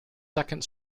second